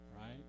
right